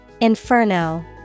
Inferno